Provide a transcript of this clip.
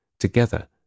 Together